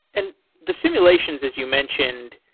and the simulations, as you mentioned,